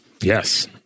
Yes